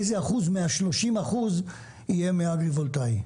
איזה אחוז מה-30% יהיה מאגרי-וולטאי?